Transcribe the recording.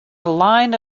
line